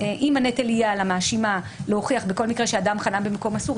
אם הנטל יהיה על המאשימה להוכיח בכל מקרה שאדם חנה במקום אסור,